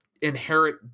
inherit